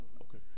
okay